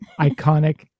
iconic